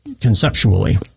conceptually